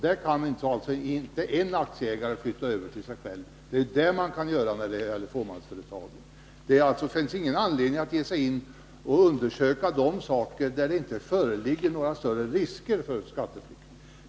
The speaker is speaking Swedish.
Då kan en aktieägare inte flytta över pengar till sig själv. Så kan man emellertid göra, om man har ett fåmansföretag. Det finns ingen anledning att undersöka sådana företag där det inte föreligger några större risker för skatteflykt.